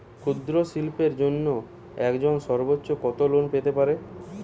ক্ষুদ্রশিল্পের জন্য একজন সর্বোচ্চ কত লোন পেতে পারে?